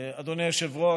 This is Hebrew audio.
אדוני היושב-ראש.